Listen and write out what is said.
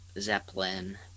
Zeppelin